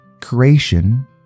creation